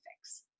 fix